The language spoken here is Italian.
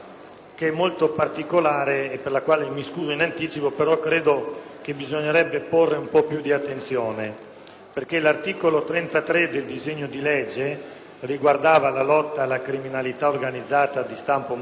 L'articolo 33 del disegno di legge riguarda la lotta alla criminalità organizzata di stampo mafioso. Ora viene introdotto questo articolo aggiuntivo che fa riferimento a tutt'altra fattispecie,